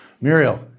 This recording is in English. Muriel